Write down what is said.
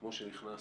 כמו שנכנסנו.